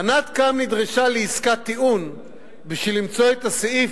ענת קם נדרשה לעסקת טיעון כדי למצוא את הסעיף,